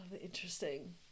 Interesting